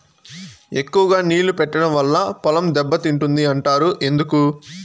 ఎక్కువగా నీళ్లు పెట్టడం వల్ల పొలం దెబ్బతింటుంది అంటారు ఎందుకు?